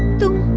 to